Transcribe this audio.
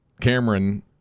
Cameron